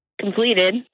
completed